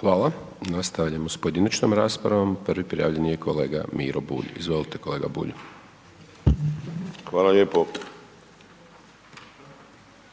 Hvala. Nastavljamo s pojedinačnom raspravom. Prvi prijavljeni je kolega Miro Bulj. Izvolite kolega Bulj.